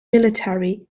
military